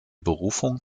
berufung